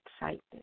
excitement